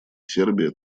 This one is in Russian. сербия